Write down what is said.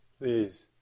Please